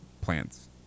plants